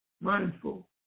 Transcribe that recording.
mindful